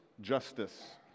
Justice